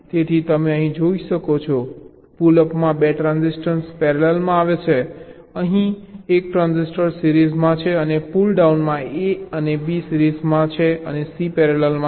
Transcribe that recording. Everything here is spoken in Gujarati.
તેથી તમે અહીં જોઈ શકો છો પુલ અપમાં 2 ટ્રાન્ઝિસ્ટર પેરેલલમાં આવે છે પછી અહીં એક ટ્રાન્ઝિસ્ટર સિરીઝમાં છે અને પુલ ડાઉનમાં a અને b સિરીઝમાં છે અને c પેરેલલમાં છે